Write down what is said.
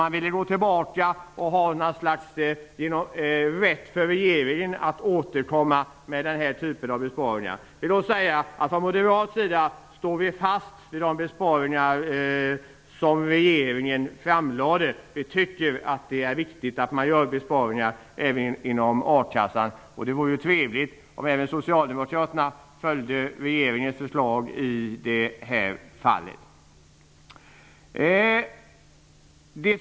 Man ville att regeringen skulle ha något slags rätt att återkomma med den här typen av besparingar. Från moderat sida står vi fast vid de förslag om besparingar som regeringen framlade. Vi tycker att det är viktigt att man gör besparingar även inom akassan. Det vore trevligt om även socialdemokraterna följde regeringens förslag i det här fallet.